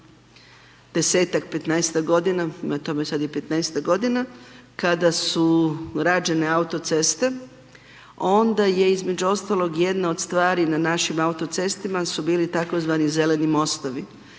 10.-tak, 15.-tak godina, ima tome sad i 15.-tak godina, kada su rađene autoceste, onda je, između ostalog, jedna od stvari na našim autocestama su bili tzv. zeleni mostovi.